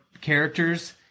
characters